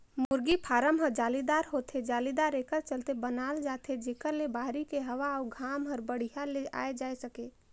मुरगी फारम ह जालीदार होथे, जालीदार एकर चलते बनाल जाथे जेकर ले बहरी के हवा अउ घाम हर बड़िहा ले आये जाए सके